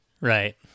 Right